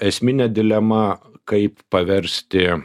esminė dilema kaip paversti